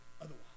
otherwise